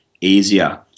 easier